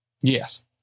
yes